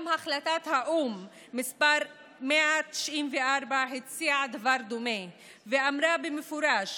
גם החלטת האו"ם מס' 194 הציעה דבר דומה ואמרה במפורש: